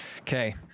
Okay